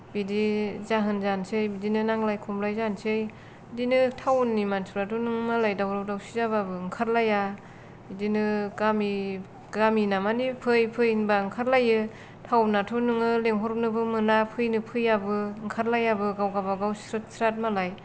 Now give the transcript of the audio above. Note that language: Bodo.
बिदि जाहोन जानोसै बिदिनो नांलाय खमलाय जानोसै बिदिनो टाउन नि मानसिफ्राथ' नों मालाय दावराव दावसि जाबाबो ओंखारलाया बिदिनो गामि गामिना माने फै फै होनबा ओंखारलायो टाउन नाथ' नोङो लेंहरनोबो मोना फैनो फैयाबो ओंखारलायाबो गाव गावबा गाव स्रोद स्राद मालाय